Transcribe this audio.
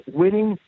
winning